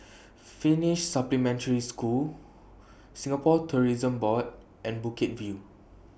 Finnish Supplementary School Singapore Tourism Board and Bukit View